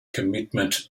commitment